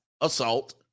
assault